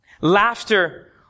Laughter